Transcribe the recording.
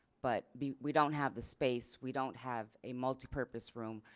but we we don't have the space. we don't have a multipurpose room.